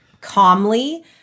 calmly